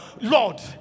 Lord